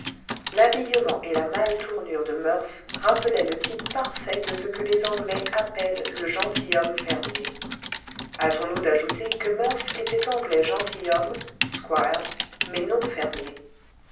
l'habillement et la mâle tournure de murph rappelaient le type parfait de ce que les anglais appellent le gentilhomme fermier hâtons-nous d'ajouter que murph était anglais gentilhomme squire mais non fermier